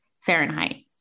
Fahrenheit